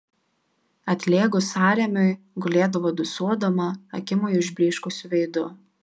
atlėgus sąrėmiui gulėdavo dūsuodama akimoju išblyškusiu veidu